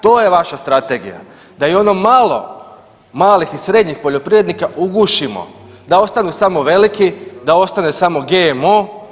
To je vaša strategija da i ono malo malih i srednjih poljoprivrednika ugušimo, da ostanu samo veliki, da ostane samo GMO.